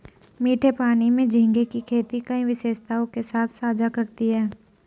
मीठे पानी में झींगे की खेती कई विशेषताओं के साथ साझा करती है